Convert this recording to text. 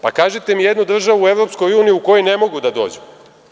Pa, kažite mi jednu državu u EU u kojoj ne mogu da dođu?